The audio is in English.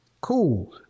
Cool